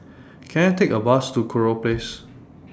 Can I Take A Bus to Kurau Place